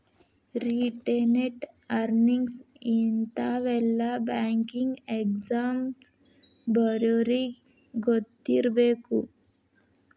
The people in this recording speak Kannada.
ರಿಟೇನೆಡ್ ಅರ್ನಿಂಗ್ಸ್ ಇಂತಾವೆಲ್ಲ ಬ್ಯಾಂಕಿಂಗ್ ಎಕ್ಸಾಮ್ ಬರ್ಯೋರಿಗಿ ಗೊತ್ತಿರ್ಬೇಕು